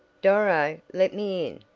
doro, let me in!